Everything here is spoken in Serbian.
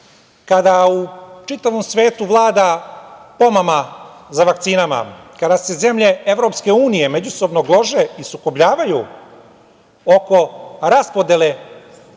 kada u čitavom svetu vlada pomama za vakcinama, kada se zemlje EU međusobno glože i sukobljavaju oko raspodele